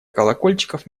колокольчиков